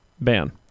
Ban